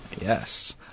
Yes